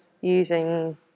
using